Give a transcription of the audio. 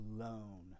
alone